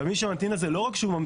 ומי שממתין לזה לא רק שהוא ממתין,